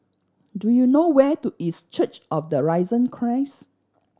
do you know where to is Church of the Risen Christ